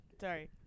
sorry